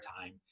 time